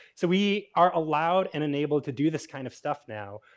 so, we are allowed and enabled to do this kind of stuff now.